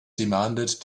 demanded